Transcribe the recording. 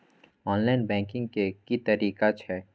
Online banking के की तरीका छै?